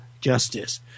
justice